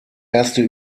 erste